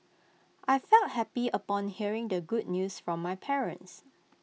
I felt happy upon hearing the good news from my parents